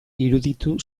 iruditu